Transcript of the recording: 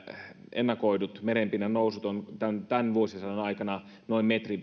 ennakoidut merenpinnan nousut ovat tämän tämän vuosisadan aikana noin metrin